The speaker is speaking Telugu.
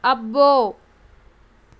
అబ్బో